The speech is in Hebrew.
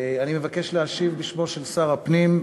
אני מבקש להשיב בשמו של שר הפנים.